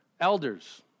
elders